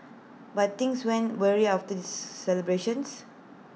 but things went awry after the celebrations